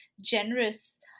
generous